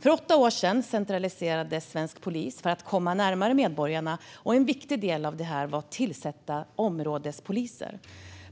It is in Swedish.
För åtta år sedan centraliserades svensk polis för att komma närmare medborgarna, och en viktig del av detta var att tillsätta områdespoliser.